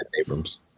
Abrams